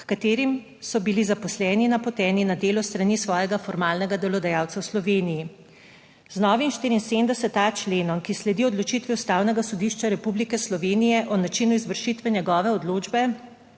h katerim so bili zaposleni napoteni na delo s strani svojega formalnega delodajalca v Sloveniji. Z novim 74 členom, ki sledi odločitvi Ustavnega sodišča Republike Slovenije o načinu izvršitve njegove odločbe.